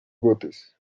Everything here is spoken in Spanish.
botes